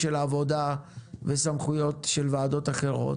עבודה וסמכויות של ועדות אחרות.